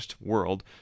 world